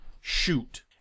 shoot